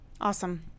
Awesome